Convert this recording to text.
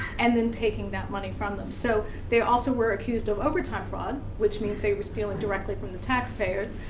and then taking that money from them. so, they also were accused of overtime fraud, which means they were stealing directly from the taxpayers.